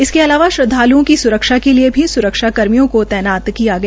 इसके अलावा श्रदवालुओं की सुरक्षा के लिए सुरक्षा कर्मियों को तैनात किया गया